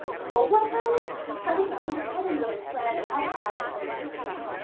co-workers started to confide in me and said i had a miscarriage.